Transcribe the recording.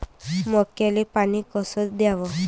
मक्याले पानी कस द्याव?